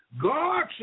God